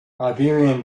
iberian